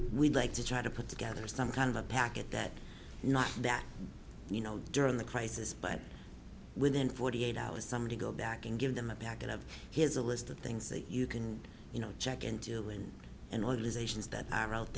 we'd like to try to put together some kind of a package that you know that you know during the crisis but within forty eight hours somebody go back and give them a packet of here's a list of things that you can you know jack and jill and and organizations that are out